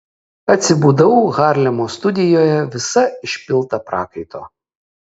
atsibudau harlemo studijoje visa išpilta prakaito